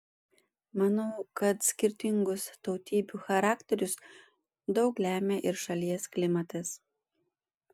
manau kad skirtingus tautybių charakterius daug lemia ir šalies klimatas